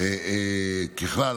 ככלל,